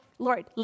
Lord